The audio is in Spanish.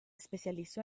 especializó